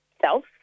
self